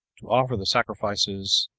to offer the sacrifices,